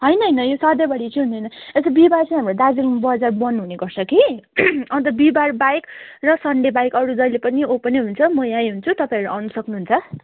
हैन हैन यो सधैँभरि चैँ हुँदैन एसो बिहिबार चैँ हाम्रो दार्जिलिङ बजार बन हुनेगर्छ कि अन्त बिहिबार बाहेक र सन्डे बाहेक अरू जैले पनि ओपन नै हुन्छ मो यईँ हुन्छु तपैहरू आउँनु सक्नु हुन्छ